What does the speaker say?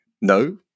No